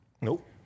Nope